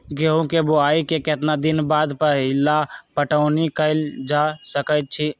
गेंहू के बोआई के केतना दिन बाद पहिला पटौनी कैल जा सकैछि?